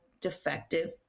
defective